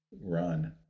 run